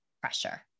pressure